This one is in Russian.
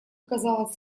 казалась